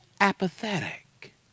apathetic